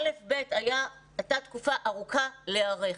הייתה תקופה ארוכה להיערך.